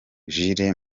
jules